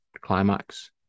climax